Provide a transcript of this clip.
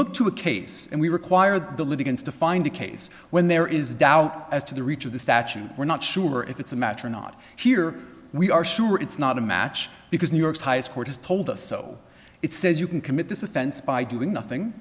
look to a case and we require the litigants to find a case when there is doubt as to the reach of the statute we're not sure if it's a match or not here we are sure it's not a match because new york's highest court has told us so it says you can commit this offense by doing nothing